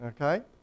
Okay